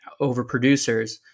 overproducers